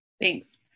Thanks